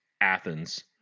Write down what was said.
Athens